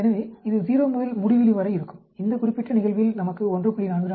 எனவே இது 0 முதல் முடிவிலி வரை இருக்கும் இந்த குறிப்பிட்ட நிகழ்வில் நமக்கு 1